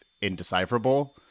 indecipherable